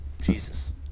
Jesus